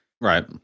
Right